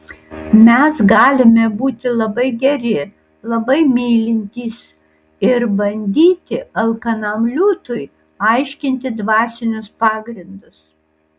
mes galime būti labai geri labai mylintys ir bandyti alkanam liūtui aiškinti dvasinius pagrindus